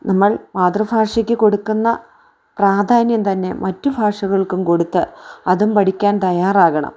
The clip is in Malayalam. നമ്മൾ മാതൃഭാഷയ്ക്ക് കൊടുക്കുന്ന പ്രാധാന്യം തന്നെ മറ്റു ഭാഷകൾക്കും കൊടുത്ത് അതും പഠിക്കാൻ തയ്യാറാകണം